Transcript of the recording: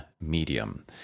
Medium